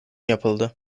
yapıldı